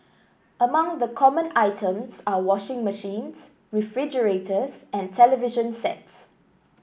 among the common items are washing machines refrigerators and television sets